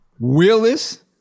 Willis